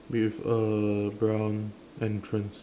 with a brown entrance